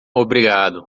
obrigado